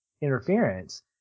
interference